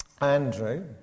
Andrew